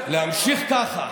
להמשיך ככה